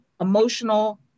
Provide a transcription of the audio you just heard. emotional